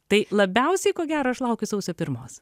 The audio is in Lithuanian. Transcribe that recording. tai labiausiai ko gero aš laukiu sausio pirmos